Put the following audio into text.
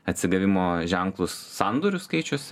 atsigavimo ženklus sandorių skaičiuose